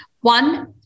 One